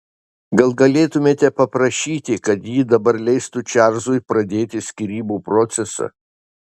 gal galėtumėte paprašyti kad ji dabar leistų čarlzui pradėti skyrybų procesą